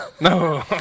No